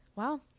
Wow